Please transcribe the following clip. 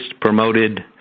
promoted